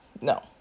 no